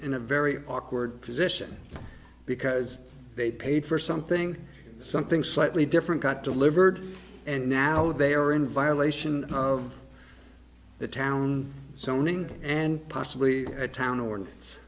in a very awkward position because they paid for something something slightly different got delivered and now they are in violation of the town so named and possibly a town or